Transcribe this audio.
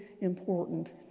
important